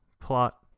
plot